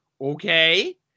Okay